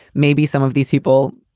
maybe some of these people,